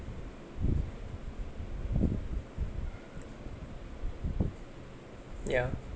ya